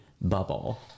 bubble